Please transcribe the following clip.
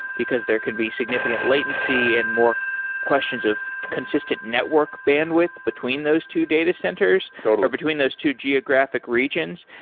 because there can be significant latency and more questions of consistent network bandwidth between those two data centers or between those two geographic regions.